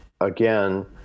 again